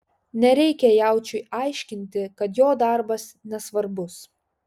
nereikia jaučiui aiškinti kad jo darbas nesvarbus